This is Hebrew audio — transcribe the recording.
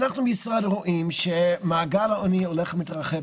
אנו רואים שמעגל העולים הולך ומתרחב,